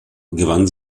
gewann